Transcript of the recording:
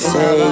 Say